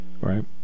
Right